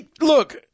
Look